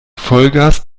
vollgas